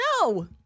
No